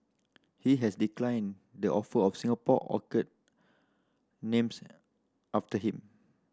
he has declined the offer of Singapore orchid names after him